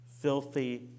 filthy